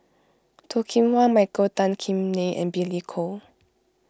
Toh Kim Hwa Michael Tan Kim Nei and Billy Koh